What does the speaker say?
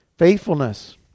Faithfulness